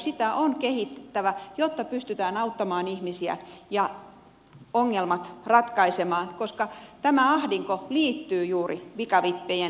sitä on kehitettävä jotta pystytään auttamaan ihmisiä ja ongelmat ratkaisemaan koska tämä ahdinko liittyy juuri pikavippien suosioon